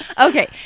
okay